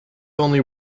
only